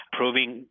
proving